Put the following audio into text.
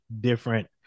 different